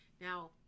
Now